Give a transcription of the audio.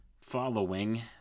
following